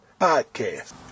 Podcast